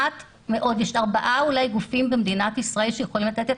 יש אולי ארבעה גופים במדינת ישראל שיכולים לתת את